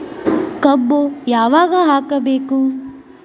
ಕಬ್ಬು ಯಾವಾಗ ಹಾಕಬೇಕು?